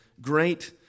great